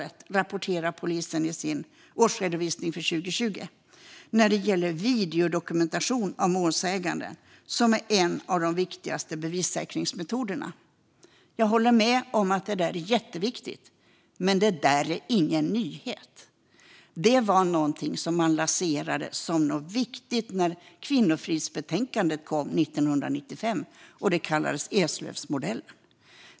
Det rapporterar polisen i sin årsredovisning för 2020 när det gäller videodokumentation av målsägande, vilket är en av de viktigaste bevissäkringsmetoderna. Jag håller med om att det där är jätteviktigt, men det är ingen nyhet. Det var någonting som man lanserade som viktigt när kvinnofridsbetänkandet kom 1995, och det kallades Eslövsmodellen.